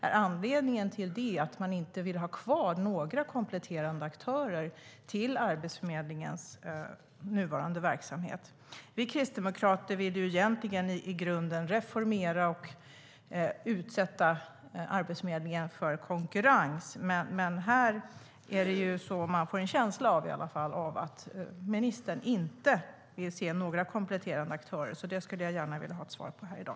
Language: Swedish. Är anledningen till det att man inte vill ha kvar några aktörer som kompletterar Arbetsförmedlingens nuvarande verksamhet? Vi kristdemokrater vill egentligen i grunden reformera Arbetsförmedlingen och utsätta Arbetsförmedlingen för konkurrens, men här får man i alla fall en känsla av att ministern inte vill se några kompletterande aktörer. Detta skulle jag gärna vilja ha ett svar på i dag.